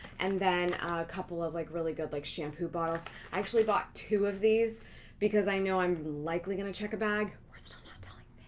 and then a couple of like really good like shampoo bottles. i actually bought two of these because i know i'm likely gonna check a bag. we're still not telling